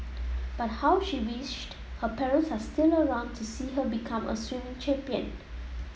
but how she wished her parents are still around to see her become a swimming champion